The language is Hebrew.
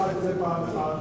הערתי לך את זה פעם אחת.